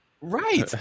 right